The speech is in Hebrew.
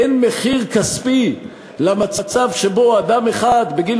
אין מחיר כספי למצב שבו אדם אחד בגיל